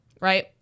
right